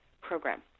program